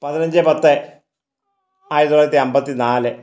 പതിനഞ്ച് പത്ഥ് ആയിരത്തി തൊള്ളായിരത്തി അമ്പത്തി നാല്